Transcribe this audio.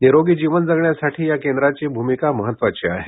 निरोगी जीवन जगण्यासाठी या केंद्राची भूमिका महत्वाची आहे